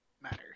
matter